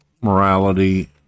morality